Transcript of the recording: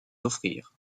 offrir